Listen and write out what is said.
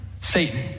Satan